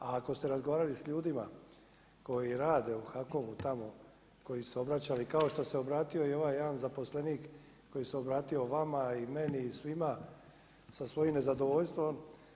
A ako ste razgovarali s ljudima koji rade u HAKOM-u tamo koji se obraćaju, kao što se obratio i ovaj jedan zaposlenik koji se obratio i vama i meni i svima sa svojim nezadovoljstvom.